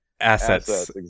assets